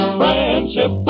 friendship